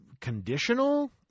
conditional